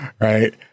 Right